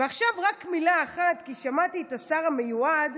ועכשיו רק מילה אחת, כי שמעתי את השר המיועד.